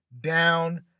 down